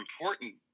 important